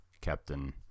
Captain